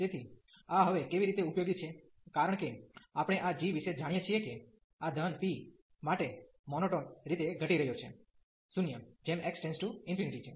તેથી આ હવે કેવી રીતે ઉપયોગી છે કારણ કે આપણે આ g વિશે જાણીએ છીએ કે આ ધન p માટે મોનોટોન રીતે ઘટી રહ્યો છે 0 જેમ x→∞ છે